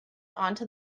onto